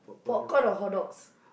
popcorn or hotdogs